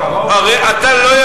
לא.